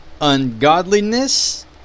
ungodliness